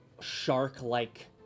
shark-like